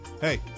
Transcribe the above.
Hey